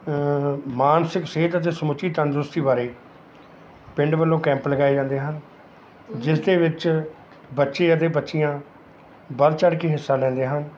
ਮਾਨਸਿਕ ਸਿਹਤ ਅਤੇ ਸਮੁੱਚੀ ਤੰਦਰੁਸਤੀ ਬਾਰੇ ਪਿੰਡ ਵੱਲੋਂ ਕੈਂਪ ਲਗਵਾਏ ਜਾਂਦੇ ਹਨ ਜਿਸ ਦੇ ਵਿੱਚ ਬੱਚੇ ਅਤੇ ਬੱਚੀਆਂ ਵੱਧ ਚੜ੍ਹ ਕੇ ਹਿੱਸਾ ਲੈਂਦੇ ਹਨ